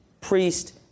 priest